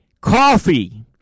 Coffee